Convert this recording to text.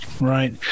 Right